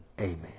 amen